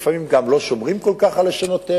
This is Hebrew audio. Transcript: לפעמים גם לא שומרים כל כך על לשונותיהם,